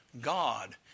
God